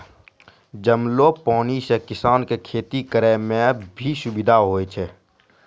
जमलो पानी से किसान के खेती करै मे भी सुबिधा होय छै